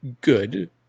good